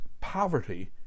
poverty